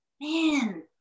man